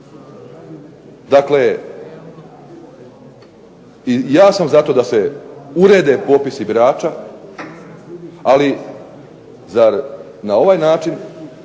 Dakle, i ja sam za to da se urede popisi birača ali zar na ovaj način